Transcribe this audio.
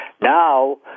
Now